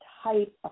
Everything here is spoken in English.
type